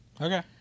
Okay